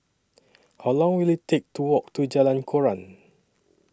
How Long Will IT Take to Walk to Jalan Koran